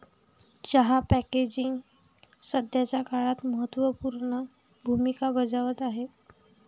चहा पॅकेजिंग सध्याच्या काळात महत्त्व पूर्ण भूमिका बजावत आहे